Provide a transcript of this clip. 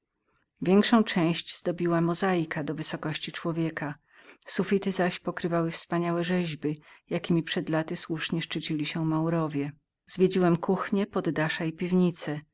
większą część zdobiła mozaika do wysokości człowieka sufity zaś pokrywały wspaniałe rzeźby jakiemi przed laty słusznie szczycili się maurowie zwiedziłem kuchnią poddasza i piwnice